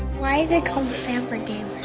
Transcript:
why is it called the sandberg game?